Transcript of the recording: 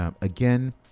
Again